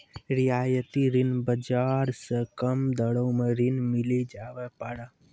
रियायती ऋण बाजार से कम दरो मे ऋण मिली जावै पारै